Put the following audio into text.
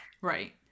right